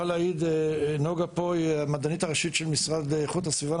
נגה שנמצאת פה היא המדענית הראשית של משרד לאיכות הסביבה.